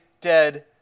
dead